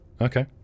Okay